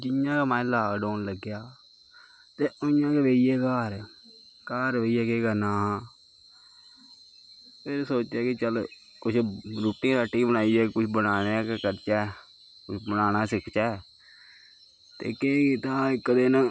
जियां गै माए लाकडाउन लग्गेआ ते उआं गै बेही गे घर घर बेहियै केह् करना हा में सोचेआ कि चलो कुछ रुट्टी राट्टी कुछ बनाने दा गै करचै कुछ बनाना गै सिखचै ते केह् कीता हा इक दिन